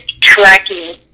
tracking